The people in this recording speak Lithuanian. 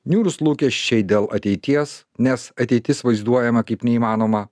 niūrūs lūkesčiai dėl ateities nes ateitis vaizduojama kaip neįmanoma